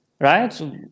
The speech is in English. Right